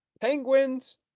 penguins